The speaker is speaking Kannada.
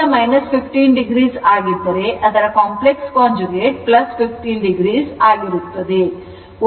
ಕೋನ 15 o ಆಗಿದ್ದರೆ ಅದರ complex conjugate 15o ಆಗಿರುತ್ತದೆ